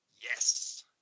Yes